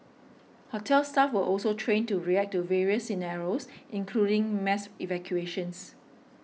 hotel staff were also trained to react to various scenarios including mass evacuations